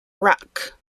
ruck